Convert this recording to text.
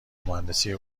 مهندسی